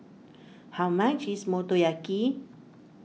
how much is Motoyaki